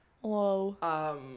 Whoa